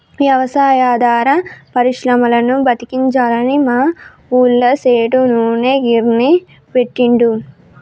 వ్యవసాయాధార పరిశ్రమలను బతికించాలని మా ఊళ్ళ సేటు నూనె గిర్నీ పెట్టిండు